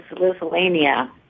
Lithuania